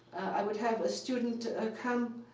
i would have a student ah come